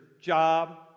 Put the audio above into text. job